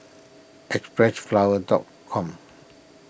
Xpressflower dot com